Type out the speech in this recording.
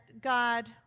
God